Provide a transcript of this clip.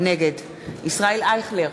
נגד ישראל אייכלר,